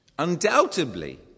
Undoubtedly